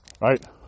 Right